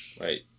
Right